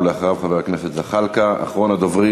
ואחריו,